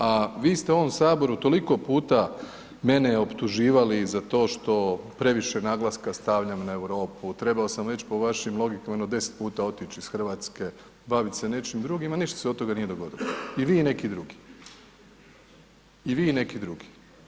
A vi ste u ovom Saboru toliko puta mene optuživali za to što previše naglaska stavljam na Europu, trebao sam već po vašim logikama jedno 10 puta otić iz RH, bavit se nečim drugim, a ništa se od toga nije dogodilo, i vi i neki drugi, i vi i neki drugi.